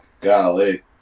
Golly